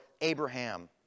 Abraham